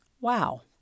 Wow